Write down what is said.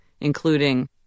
including